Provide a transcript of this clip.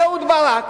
אהוד ברק,